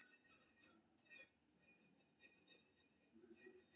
bank statement एकटा खास अवधि मे कोनो खाता मे कैल गेल लेनदेन के सूची होइ छै